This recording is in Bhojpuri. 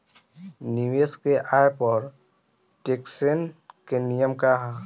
निवेश के आय पर टेक्सेशन के नियम का ह?